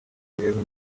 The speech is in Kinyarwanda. imibereho